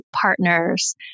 partners